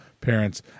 parents